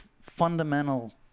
fundamental